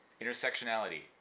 intersectionality